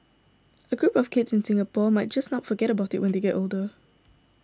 a group of kids in Singapore might just not forget about it when they get older